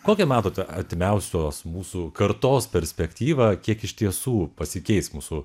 kokią matote artimiausios mūsų kartos perspektyvą kiek iš tiesų pasikeis mūsų